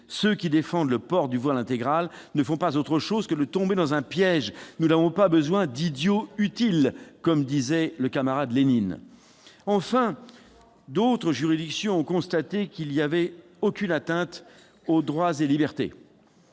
Ceux qui défendent le port du voile intégral ne font pas autre chose que de tomber dans un piège. Nous n'avons pas besoin d'idiots utiles, comme le disait le camarade Lénine. En outre, d'autres juridictions ont constaté qu'il n'y avait aucune atteinte aux droits et libertés.